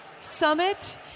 summit